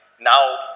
Now